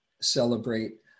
celebrate